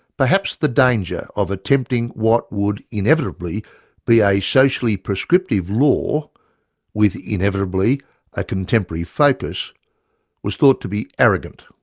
perhaps the danger of attempting what would inevitably be a socially-prescriptive law with inevitably a contemporary focus was thought to be arrogant,